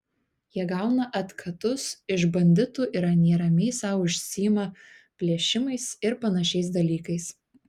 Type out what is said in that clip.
jie gauna atkatus iš banditų ir anie ramiai sau užsiima plėšimais ir panašiais dalykais